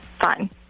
Fine